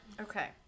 Okay